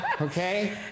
okay